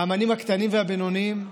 האומנים הקטנים והבינוניים,